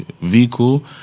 vehicle